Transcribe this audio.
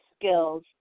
skills